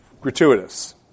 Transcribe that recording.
gratuitous